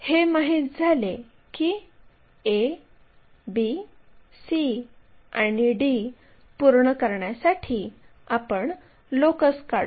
हे माहित झाले की a b c आणि d पूर्ण करण्यासाठी आपण लोकस काढू